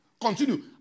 Continue